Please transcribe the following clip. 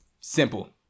Simple